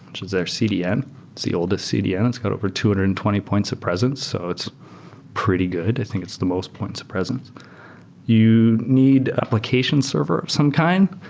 which is their cdn. it's the oldest cdn. it's got over two hundred and twenty points of presence, so it's pretty good. i think it's the most points of presence you need application server of some kind.